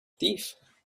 thief